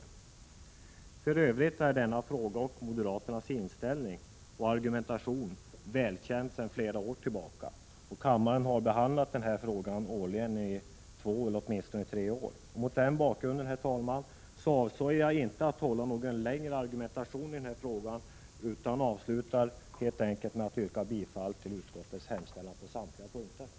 För övrigt är denna fråga 25 mars 1987 och moderaternas inställning och argumentation välkända sedan flera år tillbaka. Kammaren har också behandlat denna fråga årligen i åtminstone tre år. Mot den bakgrunden, herr talman, avser jag inte att anföra någon längre argumentation i den här frågan utan avslutar helt enkelt mitt inlägg med att yrka bifall till utskottets hemställan på samtliga punkter.